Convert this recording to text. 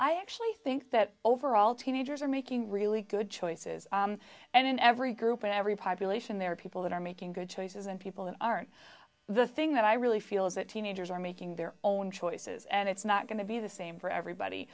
i actually think that overall teenagers are making really good choices and in every group in every population there are people that are making good choices and people that aren't the thing that i really feel is that teenagers are making their own choices and it's not going to be the same for everybody